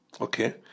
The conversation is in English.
Okay